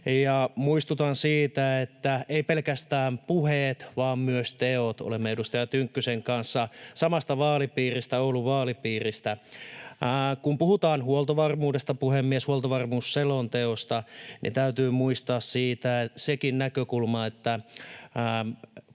muistutan siitä, että eivät pelkästään puheet vaan myös teot. Olemme edustaja Tynkkysen kanssa samasta vaalipiiristä, Oulun vaalipiiristä. Puhemies! Kun puhutaan huoltovarmuudesta, huoltovarmuusselonteosta, niin täytyy muistaa siitä sekin näkökulma, että